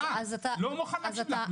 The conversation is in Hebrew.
לא מוכן להקשיב לך.